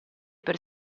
per